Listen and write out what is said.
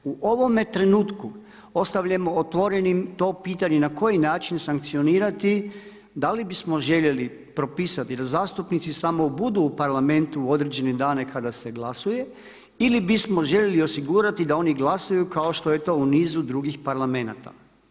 U ovome trenutku ostavljamo otvorenim to pitanje na koji način sankcionirati da li bismo željeli propisati je li zastupnici samo budu u Parlamentu u određene dane kada se glasuje ili bismo željeli osigurati da oni glasuju kao što je to u nisu drugih parlamenata.